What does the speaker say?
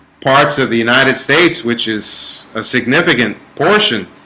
parts of the united states which is a significant portion?